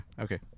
Okay